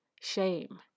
shame